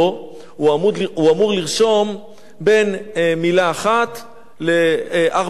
הוא אמור לרשום בין מלה אחת לארבע מלים.